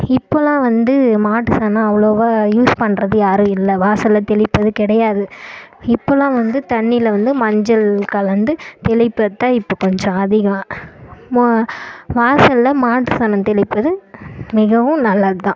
இப்போலாம் வந்து மாட்டுச் சாணம் அவ்வளவா யூஸ் பண்றது யாரும் இல்லை வாசலில் தெளிப்பது கிடையாது இப்போலாம் வந்து தண்ணியில் வந்து மஞ்சள் கலந்து தெளிப்பதுதான் இப்போ கொஞ்சம் அதிகம் மா வாசலில் மாட்டுச் சாணம் தெளிப்பதும் மிகவும் நல்லதுதான்